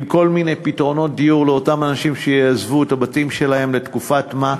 עם כל מיני פתרונות דיור לאותם אנשים שיעזבו את הבתים שלהם לתקופת מה,